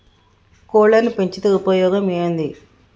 కోళ్లని పెంచితే ఉపయోగం ఏంది?